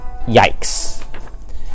Yikes